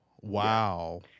Wow